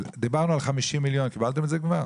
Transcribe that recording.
דיברנו על 50 מיליון, לא קיבלתם את זה כבר?